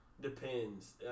Depends